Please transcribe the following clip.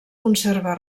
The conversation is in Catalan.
conserva